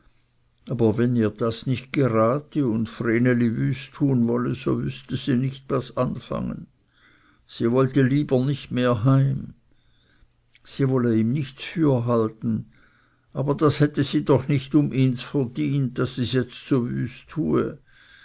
aber wenn ihr das nicht gerate und vreneli wüst tun wolle so wüßte sie nicht was anfangen sie wollte lieber nicht mehr heim sie wolle ihm nichts fürhalten aber das hätte sie doch nicht um ihns verdient daß es jetzt so wüst tue